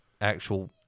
actual